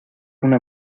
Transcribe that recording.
una